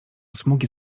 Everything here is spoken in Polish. smugi